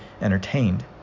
entertained